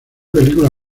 película